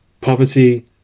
poverty